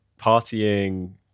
Partying